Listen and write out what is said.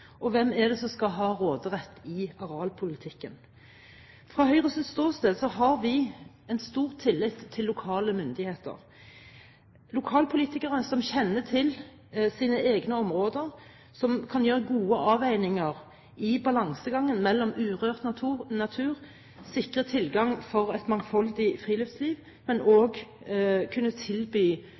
og hvem det er som skal ha råderett i arealpolitikken? Fra Høyres ståsted har vi stor tillit til lokale myndigheter – lokalpolitikere som kjenner til sine egne områder, og som kan gjøre gode avveininger i balansegangen mellom urørt natur ved å sikre tilgang for et mangfoldig friluftsliv, men også kunne tilby